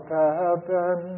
heaven